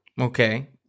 Okay